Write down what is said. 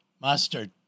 Mustard